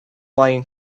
lying